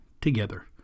together